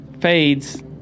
fades